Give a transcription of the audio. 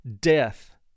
death